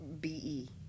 B-E